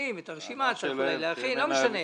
מכינים את הרשימה, צריך להכין, לא משנה.